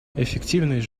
эффективность